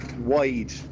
wide